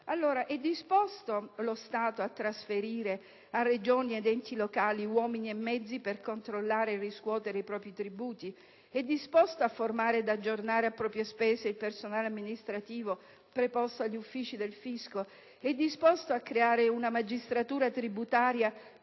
È disposto lo Stato a trasferire a Regioni ed enti locali uomini e mezzi per controllare e riscuotere i propri tributi? È disposto a formare e ad aggiornare a proprie spese il personale amministrativo preposto agli uffici del fisco? È disposto a creare una magistratura tributaria